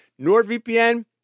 NordVPN